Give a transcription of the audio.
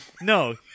no